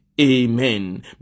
Amen